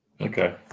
Okay